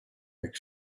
jak